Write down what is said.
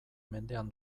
mendean